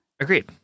Agreed